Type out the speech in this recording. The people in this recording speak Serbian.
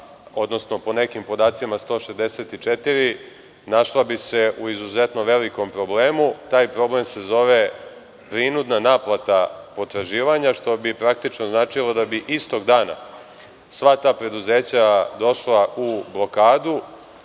odnosno po nekim podacima 164, našla bi se u izuzetno velikom problemu. Taj problem se zove prinudna naplata potraživanja, što bi praktično značilo da bi istog dana sva ta preduzeća došla u blokadu.